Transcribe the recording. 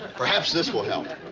perhaps this will help.